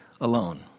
alone